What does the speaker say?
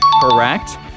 Correct